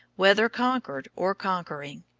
whether conquered or conquering,